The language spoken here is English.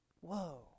Whoa